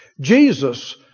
Jesus